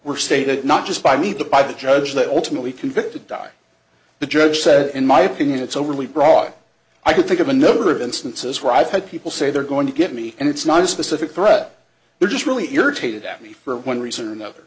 stated not just by media by the judge that ultimately convicted by the judge said in my opinion it's overly broad i could think of a number of instances where i've had people say they're going to get me and it's not a specific threat they're just really irritated at me for one reason or another